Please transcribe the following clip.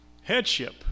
Headship